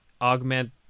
augment